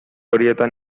horietan